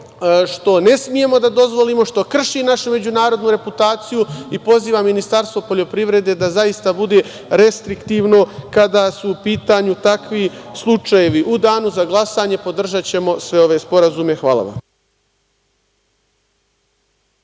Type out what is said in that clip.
što ne smemo da dozvolimo, što krši našu međunarodnu reputaciju. Pozivam Ministarstvo poljoprivrede da zaista bude restriktivno kada su u pitanju takvi slučajevi. U danu za glasanje podržaćemo sve ove sporazume. Hvala vam.